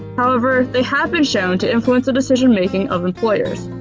however, they have been shown to influence the decision making of employers.